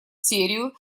серию